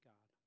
God